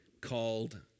called